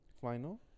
final